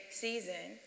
season